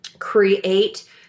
create